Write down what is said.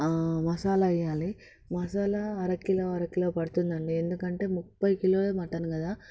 మసాలా వేయాలి మసాల అరకిలో అరకిలో పడుతుందండి ఎందుకంటే ముప్పై కిలోల మటన్ కదా